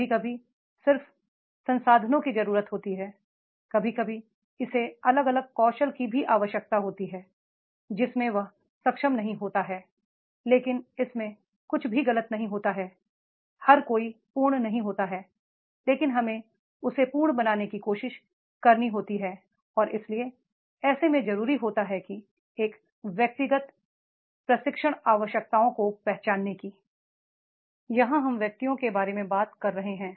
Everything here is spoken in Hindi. कभी कभी सिर्फ संसाधनों की जरूरत होती है कभी कभी इसे अलग अलग कौशल की भी आवश्यकता होती है जिसमें वह सक्षम नहीं होता है लेकिन इसमें कुछ भी गलत नहीं होता है हर कोई पूर्ण नहीं होता है लेकिन हमें उसे पूर्ण बनाने की कोशिश करनी होती है और इसलिए ऐसे में जरूरी होता है कि एक व्यक्तिगत प्रशिक्षण आवश्यकताओं को पहचानने की यहां हम व्यक्तियों के बारे में बात कर रहे हैं